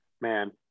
man